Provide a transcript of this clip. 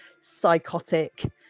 psychotic